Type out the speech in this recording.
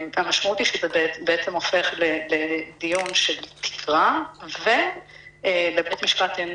המשמעות היא שזה בעצם הופך לדיון של שגרה ולבית משפט אין